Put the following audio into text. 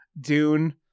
Dune